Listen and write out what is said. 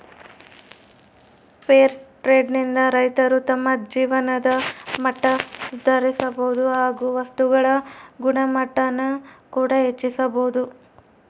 fair trade ನಿಂದ ರೈತರು ತಮ್ಮ ಜೀವನದ ಮಟ್ಟ ಸುಧಾರಿಸಬೋದು ಹಾಗು ವಸ್ತುಗಳ ಗುಣಮಟ್ಟಾನ ಕೂಡ ಹೆಚ್ಚಿಸ್ಬೋದು